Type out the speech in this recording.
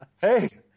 Hey